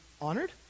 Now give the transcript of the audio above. honored